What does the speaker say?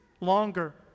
longer